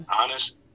honest